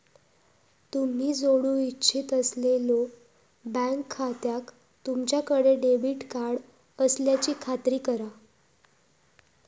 तुम्ही जोडू इच्छित असलेल्यो बँक खात्याक तुमच्याकडे डेबिट कार्ड असल्याची खात्री करा